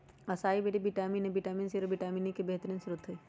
असाई बैरी vitamin A, vitamin C, और vitamin E के बेहतरीन स्त्रोत हई